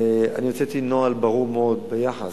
אני הוצאתי נוהל ברור מאוד ביחס,